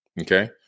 Okay